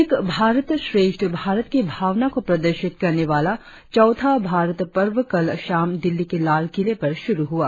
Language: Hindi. एक भारत श्रेष्ठ भारत की भावना को प्रदर्शित करने वाला चौथा भारत पर्व कल शाम दिल्ली के लाल किले पर शुरु हुआ